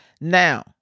Now